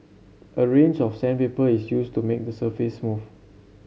a range of sandpaper is used to make the surface smooth